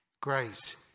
grace